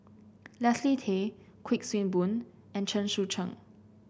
Leslie Tay Kuik Swee Boon and Chen Sucheng